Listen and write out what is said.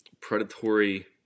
predatory